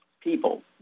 people